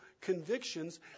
convictions